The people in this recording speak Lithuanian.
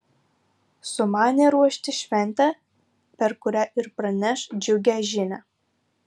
sumanė ruošti šventę per kurią ir praneš džiugią žinią